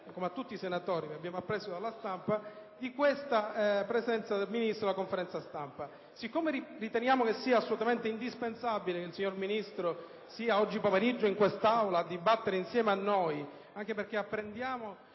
come a tutti i senatori, per averlo appreso dalla stampa, la presenza del Ministro ad una conferenza stampa. Siccome riteniamo sia assolutamente indispensabile che il signor Ministro sia questo pomeriggio in Aula a dibattere insieme a noi, anche perché apprendiamo